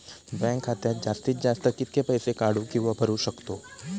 Bank खात्यात जास्तीत जास्त कितके पैसे काढू किव्हा भरू शकतो?